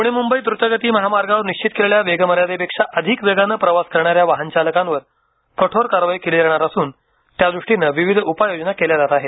पुणे मुंबई द्रतगती महामार्गावर निश्चित केलेल्या वेगमर्यादेपेक्षा अधिक वेगानं प्रवास करणाऱ्या वाहन चालकांवर कठोर कारवाई केली जाणार असून त्यादृष्टीनं विविध उपाययोजना केल्या जात आहेत